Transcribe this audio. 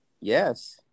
Yes